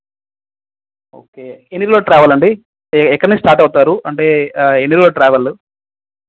ఎన్ని రోజులు ట్రావెల్ అండి ఎక్కడి నుండి స్టార్ట్ అవుతారు అంటే ఎన్ని రోజులు ట్రావెల్